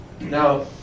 Now